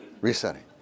resetting